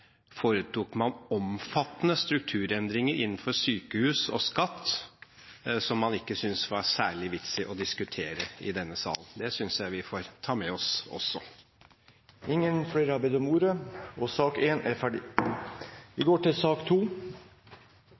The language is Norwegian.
foretok man omfattende strukturendringer innenfor sykehus og skatt, som man ikke syntes det var særlig vits i å diskutere i denne sal. Det synes jeg også vi får ta med oss. Flere har ikke bedt om ordet til sak nr. 1. Sak nr. 2, som her ligger til